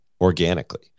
organically